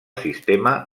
sistema